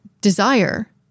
desire